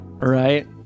Right